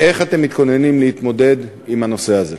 2. איך אתם מתכוננים להתמודד עם הנושא הזה?